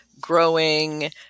growing